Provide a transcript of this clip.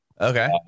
Okay